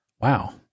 Wow